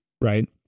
Right